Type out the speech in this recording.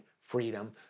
freedom